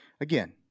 again